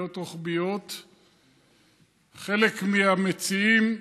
חלק מהמציעים אינם,